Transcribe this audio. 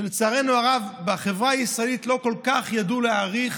שלצערנו הרב בחברה הישראלית לא כל כך ידעו להעריך